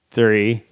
Three